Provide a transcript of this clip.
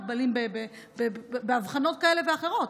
מוגבלים עם אבחנות כאלה ואחרות,